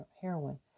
heroin